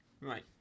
Right